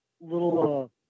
little